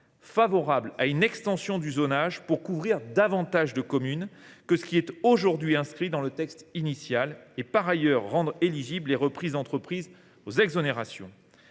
favorable à une extension du zonage pour couvrir davantage de communes que ce qui est aujourd’hui inscrit dans le texte initial et, par ailleurs, pour rendre les reprises d’entreprises éligibles aux exonérations.